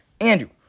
Andrew